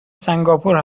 سنگاپور